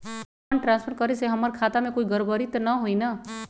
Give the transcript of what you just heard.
Fund transfer करे से हमर खाता में कोई गड़बड़ी त न होई न?